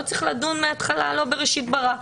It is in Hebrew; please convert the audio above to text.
זה לא בראשית ברא,